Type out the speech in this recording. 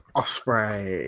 osprey